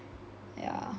yeah